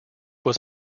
was